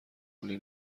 کلی